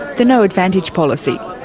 the no advantage policy.